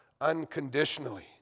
unconditionally